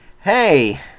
hey